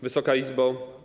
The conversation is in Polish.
Wysoka Izbo!